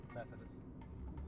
Methodist